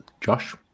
Josh